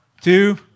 two